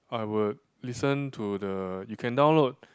I would listen to the you can download